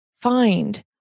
find